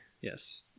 Yes